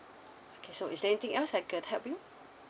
okay so is there anything else I can help you